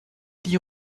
die